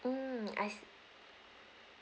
mm I see